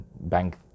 bank